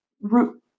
root